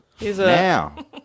Now